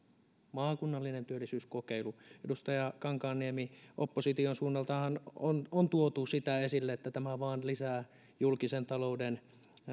maakunnallinen työllisyyskokeilu edustaja kankaanniemi opposition suunnaltahan on on tuotu sitä esille että tämä vain lisää julkisen talouden